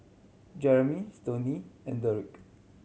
Jeremy Stoney and Dedric